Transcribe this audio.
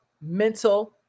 mental